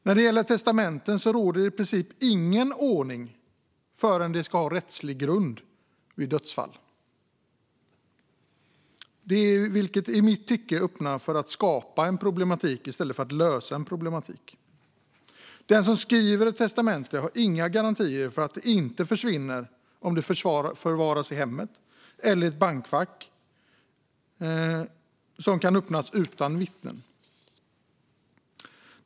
När det gäller testamenten gäller i princip ingen ordning alls för att de ska ha rättslig grund vid dödsfall, vilket i mitt tycke snarare skapar problem än löser dem. Den som skriver ett testamente har inga garantier för att det inte försvinner om det förvaras i hemmet eller i ett bankfack som kan öppnas utan vittnen.